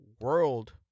world